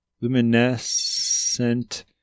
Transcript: Luminescent